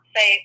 Say